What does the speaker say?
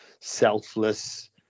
selfless